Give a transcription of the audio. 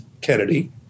Kennedy